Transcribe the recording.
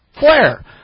Flair